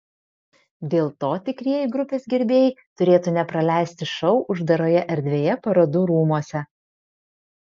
dėl to tikrieji grupės gerbėjai turėtų nepraleisti šou uždaroje erdvėje parodų rūmuose